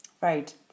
Right